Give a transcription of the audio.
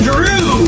Drew